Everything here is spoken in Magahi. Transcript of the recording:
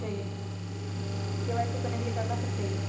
के.वाई.सी का का खोलने के लिए कि सब चाहिए?